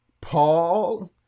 Paul